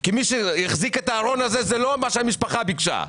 כי מי שהחזיק את הארון הזה זה לא מי שהמשפחה ביקשה,